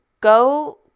go